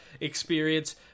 experience